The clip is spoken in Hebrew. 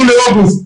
יולי ואוגוסט.